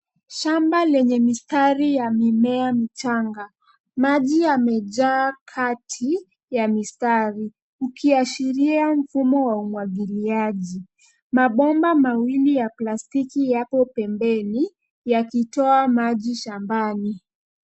Shamba lenye mistari ya mimea michanga. Maji yamejaa kati ya mistari ukiashiria mfumo wa umwagiliaji. Mabomba mawili ya plastiki yapo pembeni yakitoa maji shambani.